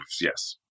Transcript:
yes